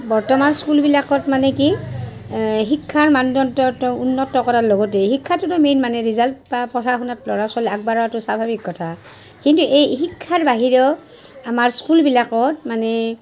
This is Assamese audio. বৰ্তমান স্কুলবিলাকত মানে কি শিক্ষাৰ মানদণ্ডটো উন্নত কৰাৰ লগতে শিক্ষাটো ত' মেইন মানে ৰিজাল্ট বা পঢ়া শুনাত ল'ৰা ছোৱালী আগবাঢ়াতো স্বাভাৱিক কথা কিন্তু এই শিক্ষাৰ বাহিৰেও আমাৰ স্কুলবিলাকত মানে